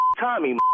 Tommy